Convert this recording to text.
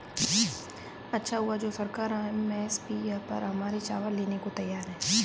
अच्छा हुआ जो सरकार एम.एस.पी पर हमारे चावल लेने को तैयार है